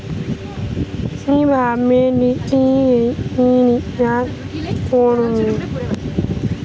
কিভাবে DTH recharge করব?